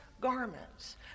garments